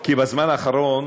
כי בזמן האחרון